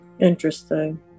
Interesting